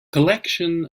collection